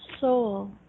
soul